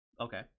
Okay